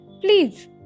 Please